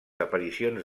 aparicions